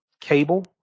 cable